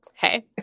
hey